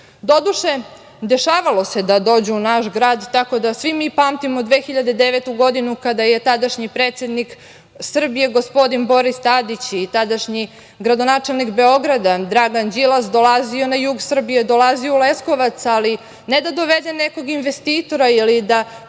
Doduše, dešavalo se da dođu u naš grad, tako da svi mi pamtimo 2009. godinu kada je tadašnji predsednik Srbije, gospodin Boris Tadić i tadašnji gradonačelnik Beograda, Dragan Đilas dolazili na jug Srbije, dolazili u Leskovac, ali ne da dovedu nekog investitora ili da